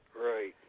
Right